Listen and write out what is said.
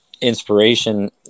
inspiration